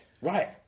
Right